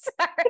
Sorry